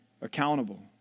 accountable